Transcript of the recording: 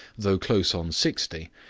though close on sixty,